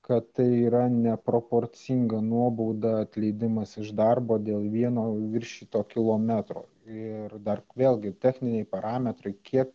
kad tai yra neproporcinga nuobauda atleidimas iš darbo dėl vieno viršyto kilometro ir dar vėlgi techniniai parametrai kie